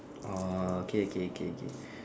orh okay okay okay okay